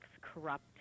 corrupt